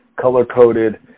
color-coded